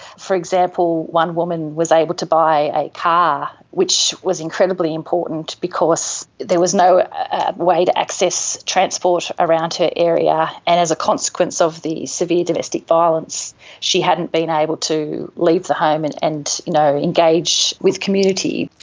for example, one woman was able to buy a car which was incredibly important because there was no ah way to access transport around her area. and as a consequence of the severe domestic violence she hadn't been able to leave the home and and you know engage with community.